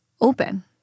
open